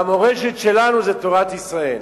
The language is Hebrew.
והמורשת שלנו זה תורת ישראל,